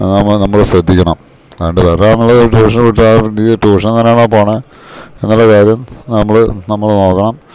അതാവുമ്പോൾ നമ്മൾ ശ്രദ്ധിക്കണം അല്ലാണ്ട് വെറുതേ നമ്മൾ ട്യൂഷന് വിട്ടാൽ അവൻ ട്യൂഷന് തന്നെയാണോ പോണത് എന്നുള്ള കാര്യം നമ്മൾ നമ്മൾ നോക്കണം